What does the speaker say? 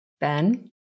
Ben